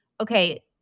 okay